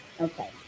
Okay